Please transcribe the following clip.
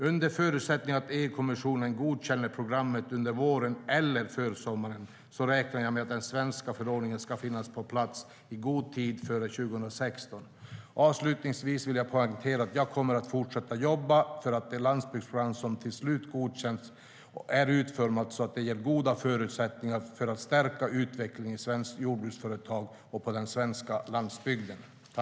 Under förutsättning att EU-kommissionen godkänner programmet under våren eller försommaren räknar jag med att den svenska förordningen ska finnas på plats i god tid före 2016.